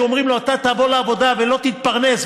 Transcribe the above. שאומרים לו: אתה תבוא לעבודה ולא תתפרנס,